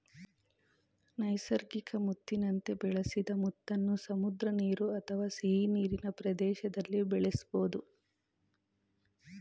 ನೈಸರ್ಗಿಕ ಮುತ್ತಿನಂತೆ ಬೆಳೆಸಿದ ಮುತ್ತನ್ನು ಸಮುದ್ರ ನೀರು ಅಥವಾ ಸಿಹಿನೀರಿನ ಪ್ರದೇಶ್ದಲ್ಲಿ ಬೆಳೆಸ್ಬೋದು